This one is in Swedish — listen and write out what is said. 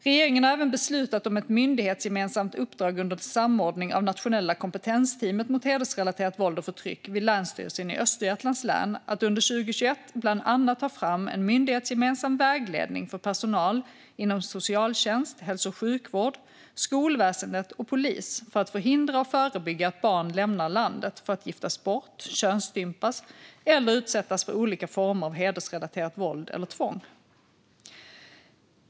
Regeringen har även beslutat om ett myndighetsgemensamt uppdrag under samordning av Nationella kompetensteamet mot hedersrelaterat våld och förtryck vid Länsstyrelsen i Östergötlands län att under 2021 bland annat ta fram en myndighetsgemensam vägledning för personal inom socialtjänst, hälso och sjukvård, skolväsen och polis för att förhindra och förebygga att barn lämnar landet för att giftas bort, könsstympas eller utsättas för olika former av hedersrelaterat våld eller tvång.